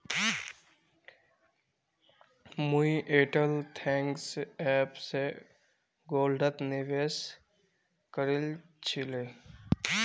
मुई Airtel thanks app स गोल्डत निवेश करील छिले